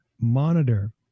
monitor